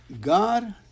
God